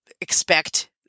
expect